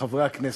לחברי הכנסת.